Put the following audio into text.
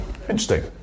interesting